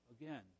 again